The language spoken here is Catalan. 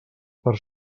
per